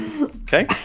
Okay